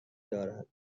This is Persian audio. دارد